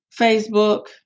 Facebook